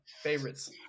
favorites